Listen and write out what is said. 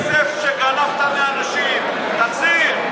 את הכסף שגנבת מאנשים תחזיר.